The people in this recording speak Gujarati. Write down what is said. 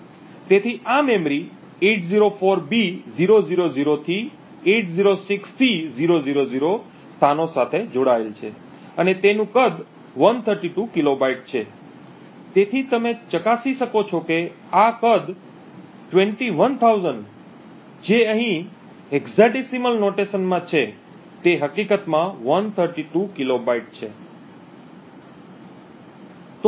તેથી આ મેમરી 804b000 થી 806c000 સ્થાનો સાથે જોડાયેલ છે અને તેનું કદ 132 કિલોબાઇટ છે તેથી તમે ચકાસી શકો છો કે આ કદ 21000 જે અહીં હેક્સાડેસિમલ નોટેશનમાં છે તે હકીકતમાં 132 કિલોબાઇટ છે